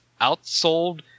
outsold